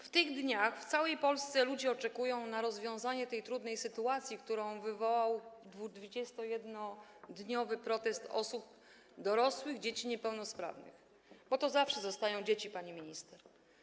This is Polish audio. W tych dniach w całej Polsce ludzie oczekują na rozwiązanie tej trudnej sytuacji, którą wywołał 21-dniowy protest osób, dorosłych dzieci niepełnosprawnych - bo one zawsze pozostają dziećmi, pani minister.